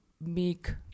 make